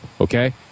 okay